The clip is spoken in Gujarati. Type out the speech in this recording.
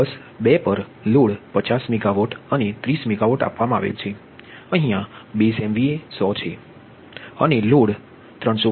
બસ 2 પર લોડ 50 મેગાટ 30 મેગાવોટ બેઝ એમવીએ 100 અને લોડ પણ 305